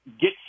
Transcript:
get